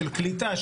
של קליטה,